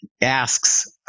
asks